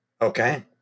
Okay